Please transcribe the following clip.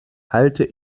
halte